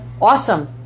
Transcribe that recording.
awesome